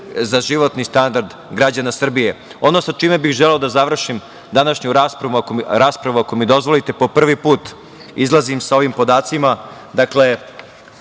za životni standard građana Srbije. Ono sa čime bih želeo da završim današnju raspravu, ako mi dozvolite, prvi put izlazim sa ovim podacima.